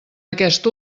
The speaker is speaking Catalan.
aquest